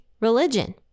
religion